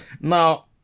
Now